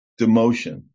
demotion